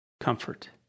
comfort